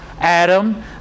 Adam